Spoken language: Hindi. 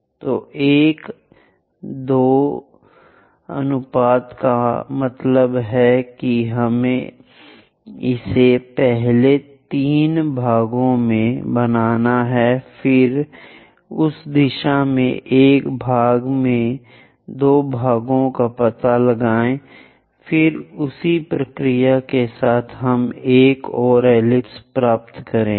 तो 1 2 अनुपात का मतलब है कि हमें इसे पहले 3 भागों में बनाना है फिर उस दिशा में 1 भाग में 2 भागों का पता लगाएं फिर उसी प्रक्रिया के साथ हम एक और एलिप्स प्राप्त करेंगे